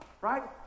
Right